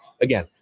again